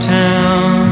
town